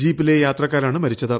ജീപ്പിലെ യാത്രക്കാരാണ് മരിച്ചത്